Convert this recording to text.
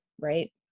right